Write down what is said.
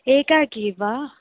एकाकी वा